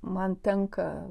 man tenka